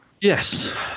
Yes